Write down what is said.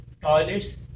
toilets